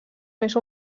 més